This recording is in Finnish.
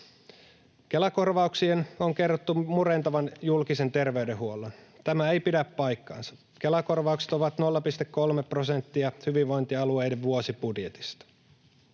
Kela-korvauksien on kerrottu murentavan julkisen terveydenhuollon. Tämä ei pidä paikkaansa. Kela-korvaukset ovat 0,3 prosenttia hyvinvointialueiden vuosibudjetista.